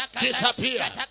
disappear